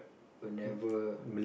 whenever